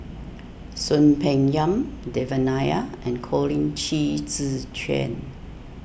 Soon Peng Yam Devan Nair and Colin Qi Zhe Quan